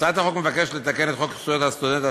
הצעת החוק מבקשת לתקן את חוק זכויות הסטודנט,